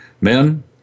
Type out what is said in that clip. Men